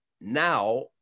Now